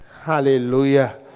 Hallelujah